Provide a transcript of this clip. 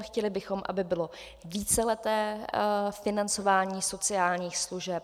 Chtěli bychom, aby bylo víceleté financování sociálních služeb.